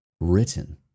written